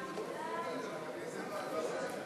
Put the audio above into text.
ההצעה להעביר